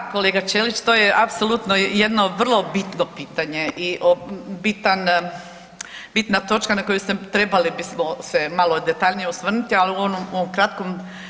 Da, kolega Ćelić to je apsolutno jedno vrlo bitno pitanje i bitan, bitna točka na koju trebali bismo se malo detaljnije osvrnuti ali u ovom kratkom.